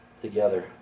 together